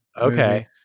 Okay